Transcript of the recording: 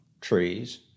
trees